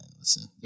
Listen